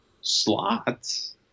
slots